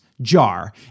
JAR